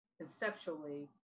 conceptually